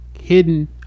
hidden